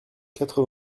quatre